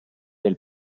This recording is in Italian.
del